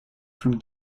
from